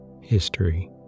History